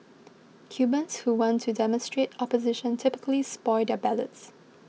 Cubans who want to demonstrate opposition typically spoil their ballots